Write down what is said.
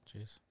Jeez